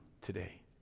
today